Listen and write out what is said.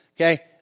Okay